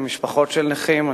עם משפחות של נכים,